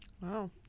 Wow